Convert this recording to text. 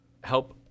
help